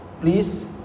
please